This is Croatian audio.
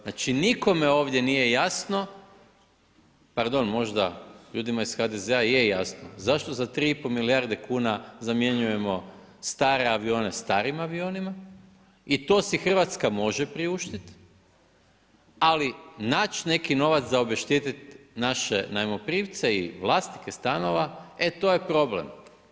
Znači nikome ovdje nije jasno, pardon, možda ljudima iz HDZ-a je jasno zašto za 3,5 milijarde kuna zamjenjujemo stare avione starim avionima i to si Hrvatska može priuštiti ali naći neki novac za obeštetiti naše najmoprimce i vlasnike stanova e to je problem.